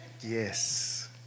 Yes